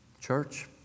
Church